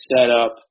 setup